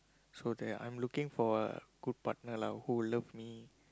so there I'm looking for a good partner lah who love me